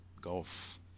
golf